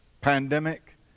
pandemic